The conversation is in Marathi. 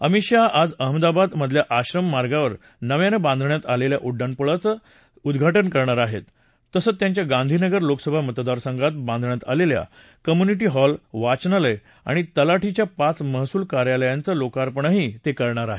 अमित शाह आज अहमदाबाद मधल्या आश्रम मार्गावर नव्यानं बांधण्यात आलेल्या उड्डाणपुलाचं उद्घाटन करणार आहेत तसंच त्यांच्या गांधीनगर लोकसभा मतदारसंघात बांधण्यात आलेल्या कम्युनिटी हॉल वाचनालय आणि तलाठीच्या पाच महसूल कार्यालयांचं लोकार्पणही करणार आहेत